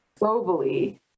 globally